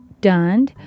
done